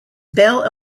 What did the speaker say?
bell